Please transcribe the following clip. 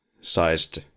sized